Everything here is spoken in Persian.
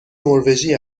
نروژی